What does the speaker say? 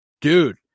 dude